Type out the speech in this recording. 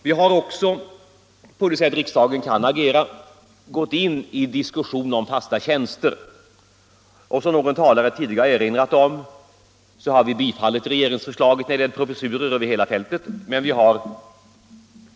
Vi har också — på det sätt som riksdagen kan agera på — gått in i diskussion om fasta tjänster. Som någon talare tidigare erinrat om har vi biträtt regeringsförslaget över hela fältet när det gäller professurer.